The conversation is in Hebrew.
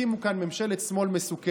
הקימו כאן ממשלת שמאל מסוכנת.